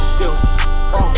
yo